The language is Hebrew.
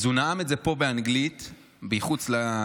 אז הוא נאם את זה פה באנגלית מחוץ לכנסת,